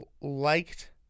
liked